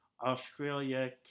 Australia